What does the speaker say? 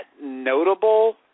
notable